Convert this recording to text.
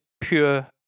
pure